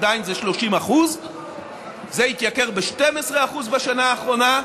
עדיין זה 30%. זה התייקר ב-12% בשנה האחרונה,